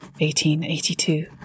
1882